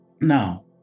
Now